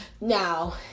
Now